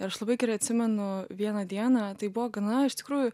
ir aš labai gerai atsimenu vieną dieną tai buvo gana iš tikrųjų